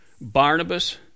Barnabas